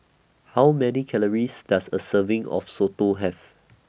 How Many Calories Does A Serving of Soto Have